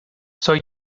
soy